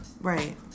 Right